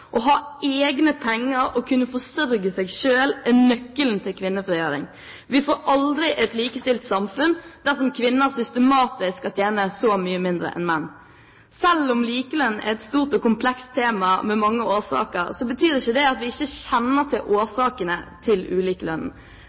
Å ha egne penger og kunne forsørge seg selv er nøkkelen til kvinnefrigjøring. Vi får aldri et likestilt samfunn dersom kvinner systematisk skal tjene så mye mindre enn menn. Selv om likelønn er et stort og komplekst tema, med mange årsaker, betyr ikke det at vi ikke kjenner til årsakene til